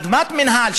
אדמת מינהל,